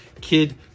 kid